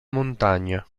montagna